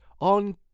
on